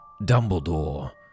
Dumbledore